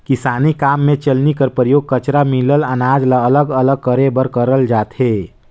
किसानी काम मे चलनी कर परियोग कचरा मिलल अनाज ल अलग अलग करे बर करल जाथे